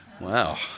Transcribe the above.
Wow